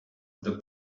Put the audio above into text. the